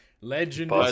Legend